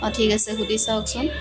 অঁ ঠিক আছে সুধি চাওকচোন